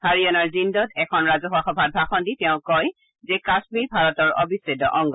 হাৰিয়াণাৰ জিণ্ডত এখন ৰাজহুৱা সভাত ভাষণ দি তেওঁ কয় যে কাশ্মীৰ ভাৰতৰ অবিচ্ছেদ্য অংগ